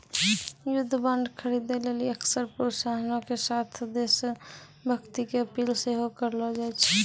युद्ध बांड खरीदे लेली अक्सर प्रोत्साहनो के साथे देश भक्ति के अपील सेहो करलो जाय छै